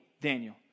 Daniel